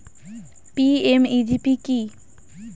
PMEGP কি?